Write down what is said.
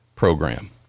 Program